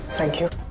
thank you.